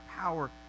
power